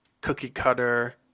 cookie-cutter